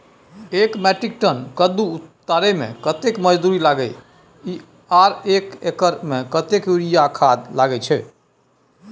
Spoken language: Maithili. एक मेट्रिक टन कद्दू उतारे में कतेक मजदूरी लागे इ आर एक एकर में कतेक यूरिया खाद लागे छै?